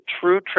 true